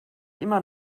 immer